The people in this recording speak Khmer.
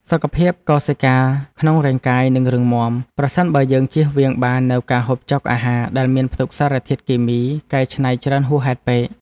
សុខភាពកោសិកាក្នុងរាងកាយនឹងរឹងមាំ ប្រសិនបើយើងជៀសវាងបាននូវការហូបចុកអាហារដែលមានផ្ទុកសារធាតុគីមីកែច្នៃច្រើនហួសហេតុពេក។